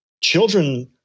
children